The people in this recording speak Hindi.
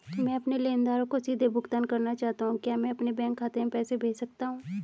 मैं अपने लेनदारों को सीधे भुगतान करना चाहता हूँ क्या मैं अपने बैंक खाते में पैसा भेज सकता हूँ?